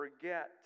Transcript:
forget